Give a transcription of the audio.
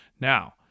Now